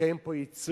לקיים פה ייצוא.